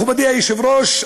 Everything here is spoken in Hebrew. מכובדי היושב-ראש,